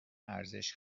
ارزش